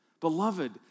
Beloved